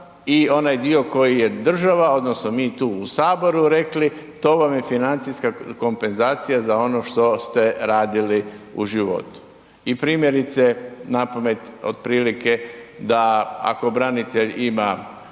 i onaj dio koji je država, odnosno mi tu u Saboru rekli, to vam je financijska kompenzacija za ono što ste radili u životu. I primjerice, napamet, otprilike, da ako branitelj ima